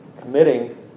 committing